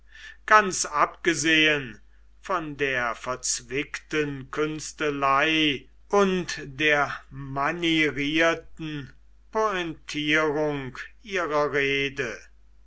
ganz abgesehen von der verzwickten künstelei und der manierierten pointierung ihrer rede